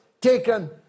taken